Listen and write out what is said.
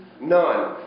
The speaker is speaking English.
None